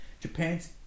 Japan's